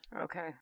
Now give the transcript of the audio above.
Okay